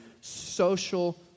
social